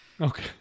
Okay